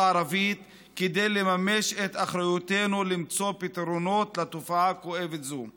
הערבית כדי לממש את אחריותנו למצוא פתרונות לתופעה כואבת זו,